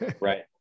Right